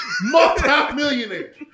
multi-millionaire